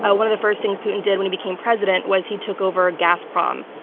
ah one of the first things putin did when he became president was he took over gazprom.